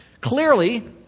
Clearly